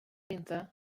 inte